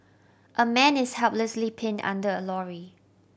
a man is helplessly pinned under a lorry